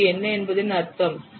இது என்ன என்பதன் அர்த்தம் என்ன